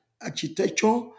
architecture